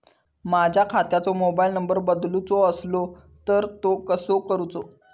माझ्या खात्याचो mobile number बदलुचो असलो तर तो कसो करूचो?